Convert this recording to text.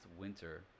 winter